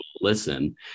listen